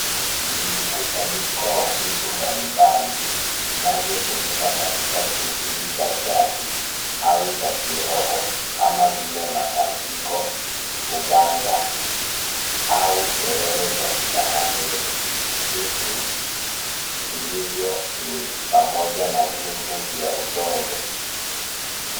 Ni mkusanyiko wa vitu mbalimbali vinavyotumika katika shuguli za jadi au za kiroho kama vile matambiko, uganga au sherehe za kitamaduni. Vitu vilivyo ni pamoja na vyungu vya udongo.